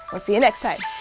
we'll see you next time!